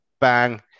bang